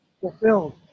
fulfilled